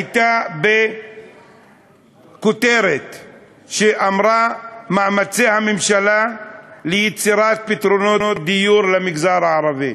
הייתה כותרת שאמרה: מאמצי הממשלה ליצירת פתרונות דיור למגזר הערבי.